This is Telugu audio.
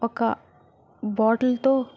ఒక బాటిల్ తో